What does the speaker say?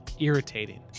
irritating